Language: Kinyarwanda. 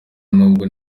nubwo